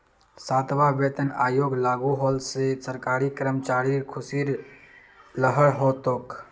सातवां वेतन आयोग लागू होल से सरकारी कर्मचारिर ख़ुशीर लहर हो तोक